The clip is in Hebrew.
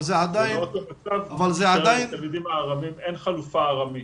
זה לא אותו מצב כמו שלתלמידים ארמים אין חלופה ארמית.